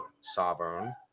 sovereign